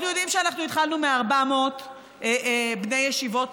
אנחנו יודעים שהתחלנו מ-400 בני ישיבות